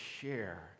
share